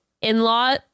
in-law